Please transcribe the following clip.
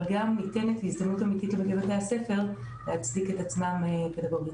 אבל גם ניתנת הזדמנות אמיתית לבתי-הספר להצדיק את עצמם פדגוגית.